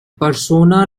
persona